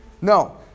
No